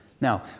Now